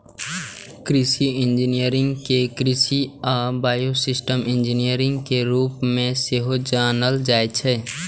कृषि इंजीनियरिंग कें कृषि आ बायोसिस्टम इंजीनियरिंग के रूप मे सेहो जानल जाइ छै